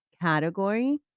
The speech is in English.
category